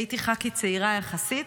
הייתי ח"כית צעירה יחסית,